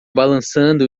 balançando